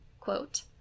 Quote